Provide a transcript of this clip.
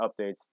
updates